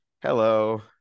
Hello